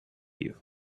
you